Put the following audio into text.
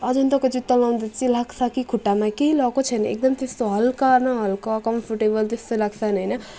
अजन्ताको जुत्ता लगाउँदा चाहिँ लाग्छ कि खुट्टामा केही लगाएको छैन एकदम त्यस्तो हल्का न हल्का कम्फोर्टेबल त्यस्तो लाग्छ नि होइन